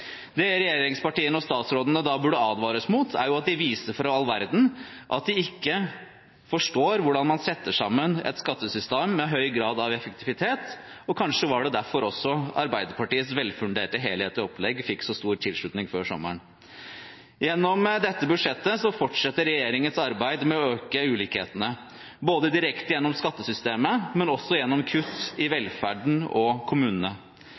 Det regjeringspartiene og statsrådene da burde advares mot, er at de viser for all verden at de ikke forstår hvordan man setter sammen et skattesystem med en høy grad av effektivitet. Kanskje var det derfor Arbeiderpartiets velfunderte helhetlige opplegg fikk så stor tilslutning før sommeren? Gjennom dette budsjettet fortsetter regjeringens arbeid med å øke ulikhetene, både direkte gjennom skattesystemet og gjennom kutt i velferden og kommunene.